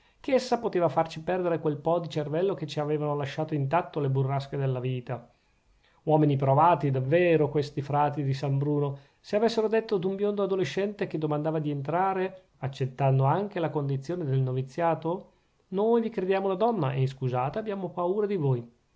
che essa poteva farci perdere quel po di cervello che ci avevano lasciato intatto le burrasche della vita uomini provati davvero questi frati di san bruno se avessero detto ad un biondo adolescente che domandava di entrare accettando anche la condizione del noviziato noi vi crediamo una donna e scusate abbiamo paura di voi